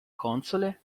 console